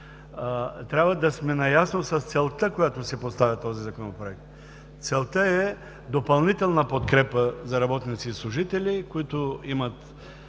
трябва да сме наясно с целта, която си поставя този Законопроект. Целта е допълнителна подкрепа за работници и служители, които имат